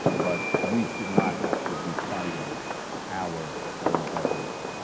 but we should not have to be fighting our own government.